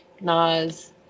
Nas